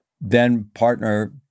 then-partner